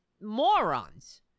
morons